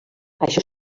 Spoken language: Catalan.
això